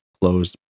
closed